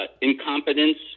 Incompetence